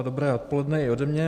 Dobré odpoledne i ode mě.